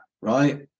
right